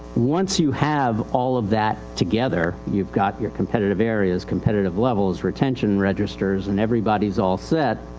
once you have all of that together youive got your competitive areas, competitive levels, retention registers and everybody is all set,